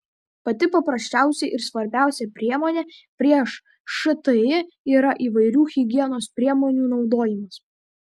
pati paprasčiausia ir svarbiausia priemonė prieš šti yra įvairių higienos priemonių naudojimas